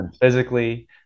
physically